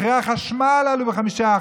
מחירי החשמל עלו ב-5%.